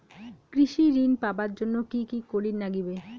কৃষি ঋণ পাবার জন্যে কি কি করির নাগিবে?